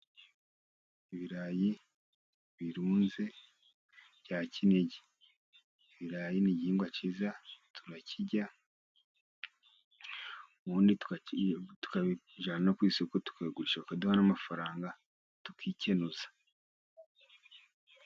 Ibirayi birunze bya Kinigi. Ibirayi ni igihingwa cyiza turakirya ,ubundi tukabijyana ku isoko, ukabigurisha kukaduha n'amafaranga tukikenuza.